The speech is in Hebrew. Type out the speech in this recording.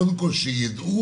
קודם כל, שיידוע.